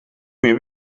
meer